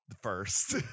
first